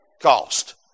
cost